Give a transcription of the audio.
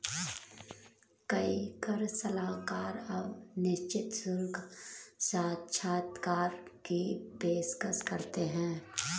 कई कर सलाहकार अब निश्चित शुल्क साक्षात्कार की पेशकश करते हैं